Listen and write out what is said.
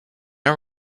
are